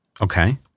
Okay